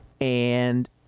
and-